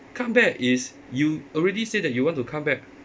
comeback is you already say that you want to come back